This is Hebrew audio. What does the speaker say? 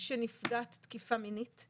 בחורה שהיא נפגעת תקיפה מינית,